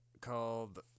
called